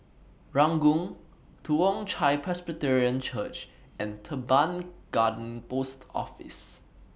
Ranggung Toong Chai Presbyterian Church and Teban Garden Post Office